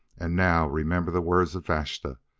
and now, remember the words of vashta,